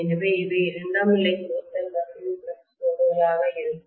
எனவே இவை இரண்டாம் நிலைக்கு ஒத்த கசிவு ஃப்ளக்ஸ் கோடுகளாக இருக்கும்